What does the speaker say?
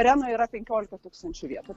arenoje yra penkiolika tūkstančių vietų